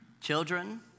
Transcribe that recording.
Children